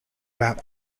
about